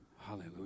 Hallelujah